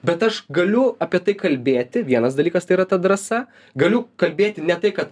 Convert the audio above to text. bet aš galiu apie tai kalbėti vienas dalykas tai yra ta drąsa galiu kalbėti ne tai ka